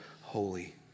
holy